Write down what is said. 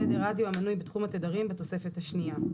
תדר רדיו המנוי בתחום התדרים בתוספת השנייה.